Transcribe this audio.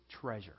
treasure